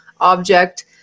object